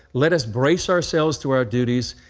let us brace ourselves to our duties,